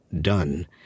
done